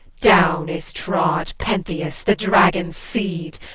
down is trod pentheus, the dragon's seed!